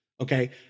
okay